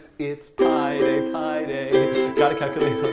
it's pi day, pi day got to calculate